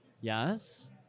Yes